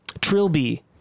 Trilby